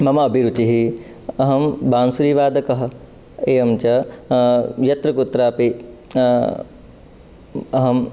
मम अभिरुचिः अहं बांसुरीवादकः एवञ्च यत्र कुत्रापि अहम्